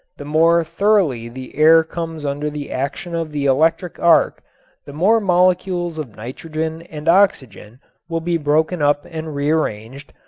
the more thoroughly the air comes under the action of the electric arc the more molecules of nitrogen and oxygen will be broken up and rearranged,